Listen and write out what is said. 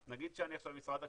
נגיד שאני עכשיו משרד הקליטה,